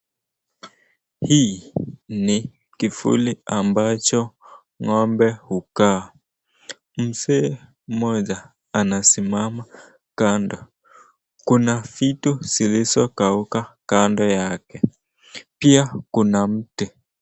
Hii ni kifuli ambacho ng'ombe hukaa. Mzee mmoja anasimama kando. Kuna vitu zilizo kauka kando yake. Pia kuna mti.